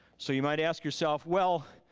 so you might ask yourself well,